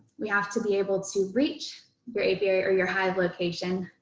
we have to be able to reach your apiary or your hive location,